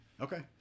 okay